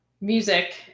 music